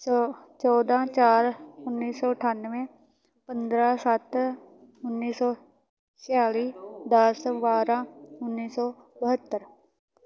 ਚੋ ਚੌਦਾ ਚਾਰ ਉੱਨੀ ਸੌ ਅਠਾਨਵੇਂ ਪੰਦਰਾਂ ਸੱਤ ਉੱਨੀ ਸੌ ਛਿਆਲੀ ਦਸ ਬਾਰਾਂ ਉੱਨੀ ਸੌ ਬਹੱਤਰ